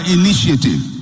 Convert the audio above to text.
initiative